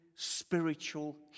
spiritual